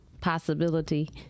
possibility